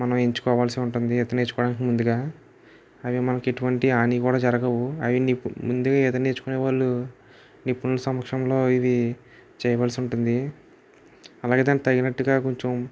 మనం ఎంచుకోవాల్సి ఉంటుంది ఈత నేర్చుకోడానికి ముందుగా అవి మనకి ఎటువంటి హాని కూడా జరగవు అవి ఇప్పుడు ముందుగా ఈత నేర్చుకునే వాళ్ళు నిపుణుల సమక్షంలో ఇది చేయవలసి ఉంటుంది అలాగే దానికి తగినట్టుగా కొంచం